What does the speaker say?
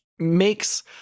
makes